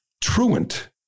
truant